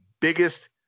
biggest